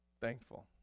Thankful